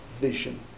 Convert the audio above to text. vision